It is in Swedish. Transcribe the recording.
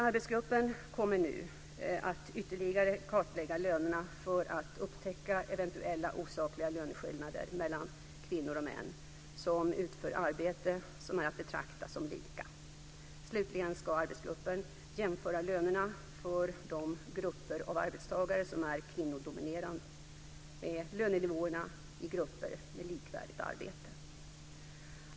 Arbetsgruppen kommer nu att ytterligare kartlägga lönerna för att upptäcka eventuella osakliga löneskillnader mellan kvinnor och män som utför arbete som är att betrakta som lika. Slutligen ska arbetsgruppen jämföra lönerna för de grupper av arbetstagare som är kvinnodominerade med lönenivåerna i grupper med likvärdigt arbete.